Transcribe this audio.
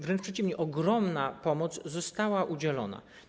Wręcz przeciwnie, ogromna pomoc została udzielona.